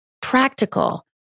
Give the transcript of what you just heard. practical